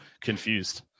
confused